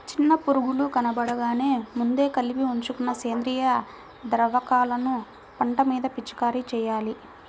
చిన్న పురుగులు కనబడగానే ముందే కలిపి ఉంచుకున్న సేంద్రియ ద్రావకాలను పంట మీద పిచికారీ చెయ్యాలి